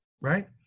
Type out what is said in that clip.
right